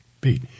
beat